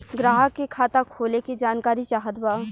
ग्राहक के खाता खोले के जानकारी चाहत बा?